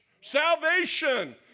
salvation